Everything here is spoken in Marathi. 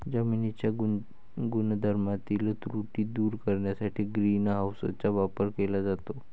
जमिनीच्या गुणधर्मातील त्रुटी दूर करण्यासाठी ग्रीन हाऊसचा वापर केला जातो